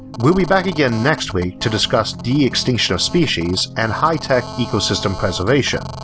we'll be back again next week to discuss de-extinction of species and high-tech ecosystem preservation,